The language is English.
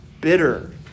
bitter